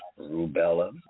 rubella